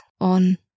on